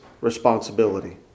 responsibility